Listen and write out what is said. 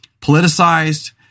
politicized